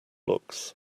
looks